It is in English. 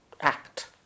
act